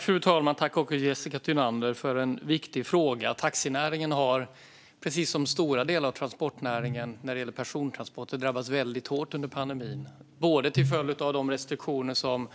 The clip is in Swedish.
Fru talman! Tack, Jessica Thunander, för en viktig fråga! Taxinäringen har, precis som stora delar av transportnäringen när det gäller persontransporter, drabbats väldigt hårt under pandemin både till följd av de restriktioner som